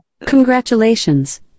Congratulations